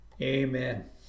Amen